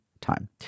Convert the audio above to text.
time